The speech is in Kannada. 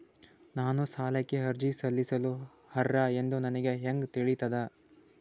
ನಾನು ಸಾಲಕ್ಕೆ ಅರ್ಜಿ ಸಲ್ಲಿಸಲು ಅರ್ಹ ಎಂದು ನನಗೆ ಹೆಂಗ್ ತಿಳಿತದ?